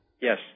yes